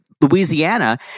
Louisiana